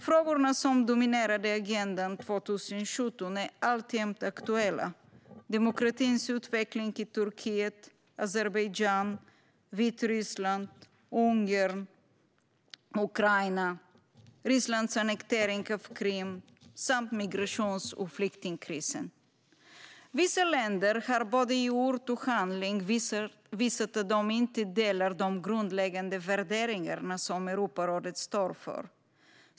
Frågorna som dominerade agendan 2017 är alltjämt aktuella - demokratins utveckling i Turkiet, Azerbajdzjan, Vitryssland, Ungern och Ukraina, Rysslands annektering av Krim samt migrations och flyktingkrisen. Vissa länder har i både ord och handling visat att de inte delar de grundläggande värderingar som Europarådet står för.